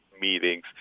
meetings